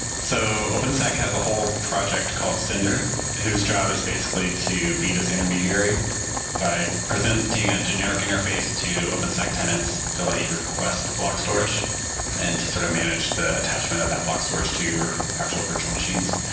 so openstack has a whole project called cinder whose job is basically to be this intermediary by presenting a generic interface to openstack tenants to let you request block storage and to sort of manage the attachment of that block storage to your actual virtual machine.